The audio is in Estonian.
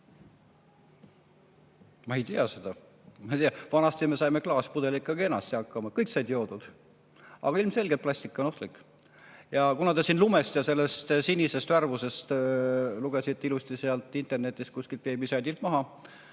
Ma ei tea seda. Vanasti me saime klaaspudeliga kenasti hakkama, kõik said joodud. Aga ilmselgelt plastik on ohtlik. Kuna te siin lumest ja sinisest värvusest lugesite ilusti internetist kuskilt veebisaidilt maha,